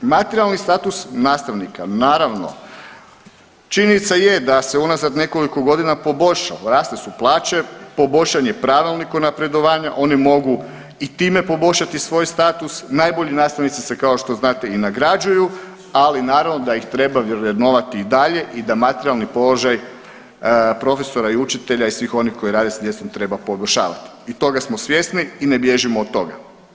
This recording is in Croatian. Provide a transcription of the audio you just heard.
Materijalni status nastavnika, naravno, činjenica je da se unazad nekoliko godina poboljšala, rasle su plaće, poboljšan je Pravilnik napredovanja, oni mogu i time poboljšati svoj status, najbolji nastavnici se kao što znate i nagrađuju, ali naravno da ih treba vrednovati i dalje i da materijalni položaj profesora i učitelja i svih onih koji rade s djecom treba poboljšavati i toga smo svjesni i ne bježimo od toga.